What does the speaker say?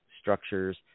structures